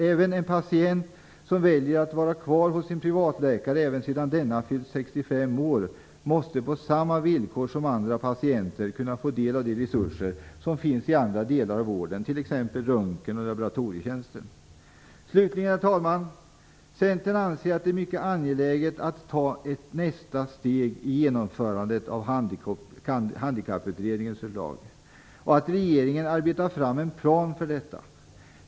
Även en patient som väljer att vara kvar hos sin privatläkare även sedan denna har fyllt 65 år måste på samma villkor som andra patienter kunna få del av de resurser som finns i andra delar av vården, t.ex. röntgen och laboratorietjänster. Herr talman! Centern anser att det är mycket angeläget att ta ett nästa steg i genomförandet av handikapputredningens förslag och att regeringen skall arbeta fram en plan för detta.